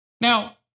Now